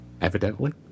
Evidently